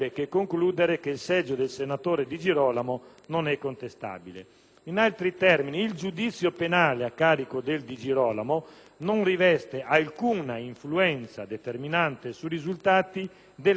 In altri termini, il giudizio penale a carico del Di Girolamo non riveste alcuna influenza determinante sui risultati degli accertamenti della Giunta e non può trovare alcuna applicazione